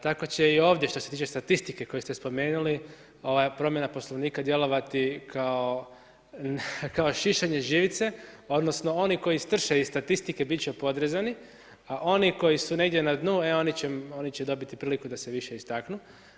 Tako će i ovdje što se tiče statistike koju ste spomenuli, promjena Poslovnika djelovati kao šišanje živice, odnosno oni koji strše iz statistike bit će podrezani, a oni koji su negdje na dnu e oni će dobiti priliku da se više istaknu.